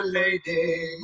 lady